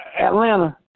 Atlanta